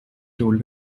told